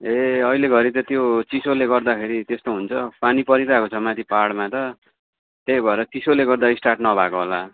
ए अहिले घरी त त्यो चिसोले गर्दाखेरि त्यस्तो हुन्छ पानी परिरहेको छ माथि पाहाडमा त त्यही भएर चिसोले गर्दा स्टार्ट नभएको होला